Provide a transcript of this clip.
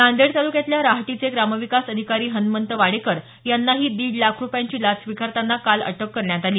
नांदेड तालुक्यातल्या राहटीचे ग्रामविकास अधिकारी हनमंत वाडेकर यांनाही दीड लाख रुपयाची लाच स्वीकारताना काल अटक करण्यात आली